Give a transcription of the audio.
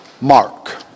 Mark